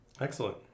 Excellent